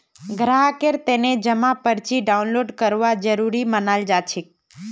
ग्राहकेर तने जमा पर्ची डाउनलोड करवा जरूरी मनाल जाछेक